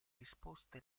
disposte